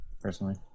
personally